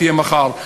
תהיה מחר.